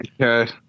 Okay